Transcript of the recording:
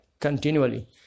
continually